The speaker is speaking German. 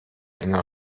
enger